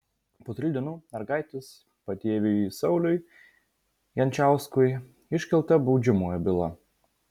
po trijų dienų mergaitės patėviui sauliui jančiauskui iškelta baudžiamoji byla